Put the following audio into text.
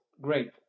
great